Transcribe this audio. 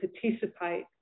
participate